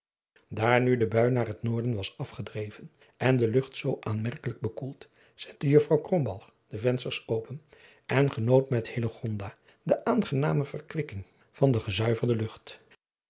daar nu de bui naar het noorden was afgedreven en de lucht zoo aanmerkelijk bekoeld zette juffrouw krombalg de vensters open en genoot met hillegonda de aangename verwikking van de gezuiverde lucht